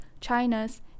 China's